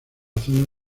zona